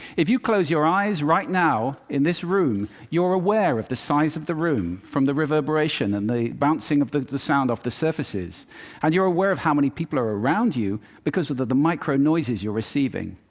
if you close your eyes right now in this room, you're aware of the size of the room from the reverberation and the bouncing of the the sound off the surfaces and you're aware of how many people are around you, because of the the micro-noises you're receiving.